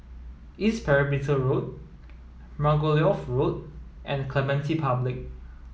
East Perimeter Road Margoliouth Road and Clementi Public